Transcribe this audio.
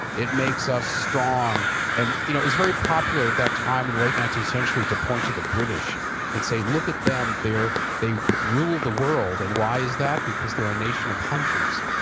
it makes us strong and you know it was very popular at that time in the late nineteenth century to point to the british and say, look at them, they brool the world and why is that, because they're a nation of hunters.